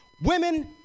women